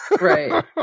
Right